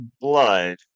blood